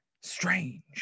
strange